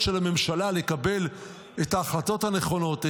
של הממשלה לקבל את ההחלטות הנכונות,